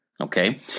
Okay